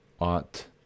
ought